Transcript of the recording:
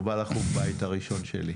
הוא בא לחוג בית הראשון שלי.